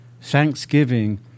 Thanksgiving